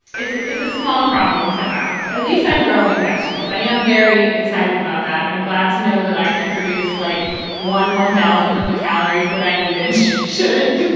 it's it's a small problem to have. at least i'm growing vegetables. i am very excited about that and glad to know that i could produce like one one thousandth of the calories that i needed. sure